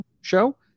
show